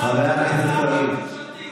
חבר הכנסת קריב.